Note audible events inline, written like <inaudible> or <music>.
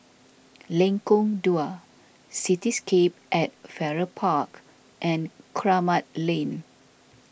<noise> Lengkong Dua Cityscape at Farrer Park and Kramat Lane